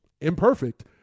imperfect